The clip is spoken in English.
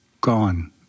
gone